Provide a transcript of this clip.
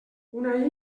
una